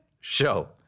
Show